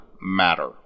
matter